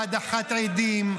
אתם מנסים בהדחת עדים,